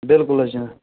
بِلکُل حظ جناب